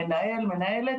מנהל ומנהלת,